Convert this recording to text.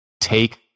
take